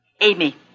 Amy